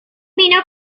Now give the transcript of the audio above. vino